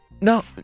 No